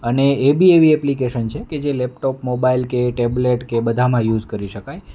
અને એ બી એવી એપ્લિકેશન છે કે જે લેપટોપ મોબાઈલ કે ટેબલેટ કે બધામાં યુઝ કરી શકાય